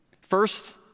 First